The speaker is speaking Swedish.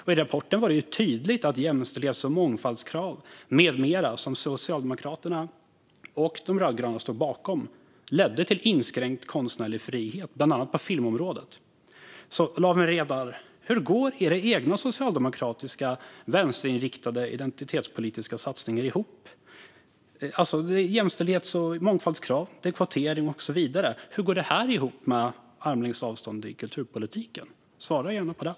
Enligt rapporten var det tydligt att jämställdhets och mångfaldskrav med mera, som Socialdemokraterna och de rödgröna stod bakom, ledde till inskränkt konstnärlig frihet, bland annat på filmområdet. Så, Lawen Redar, hur går era egna socialdemokratiska, vänsterinriktade, identitetspolitiska satsningar, med jämställdhets och mångfaldskrav, kvotering och så vidare, ihop med armlängds avstånd i kulturpolitiken? Svara gärna på det!